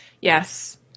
Yes